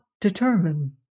determine